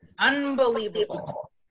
Unbelievable